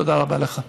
תודה רבה לך.